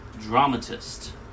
dramatist